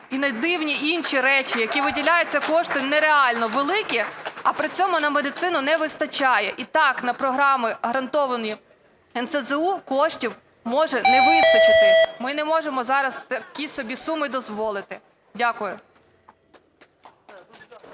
і на дивні інші речі, на які виділяються кошти нереально великі, а при цьому на медицину не вистачає. І так на програми, гарантовані НСЗУ коштів може не вистачити, ми не можемо зараз такі собі суми дозволити. Дякую.